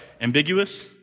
Ambiguous